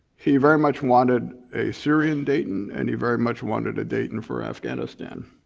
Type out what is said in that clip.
he very much wanted a syrian dayton and he very much wanted a dayton for afghanistan.